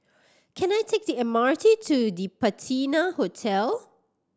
can I take the M R T to The Patina Hotel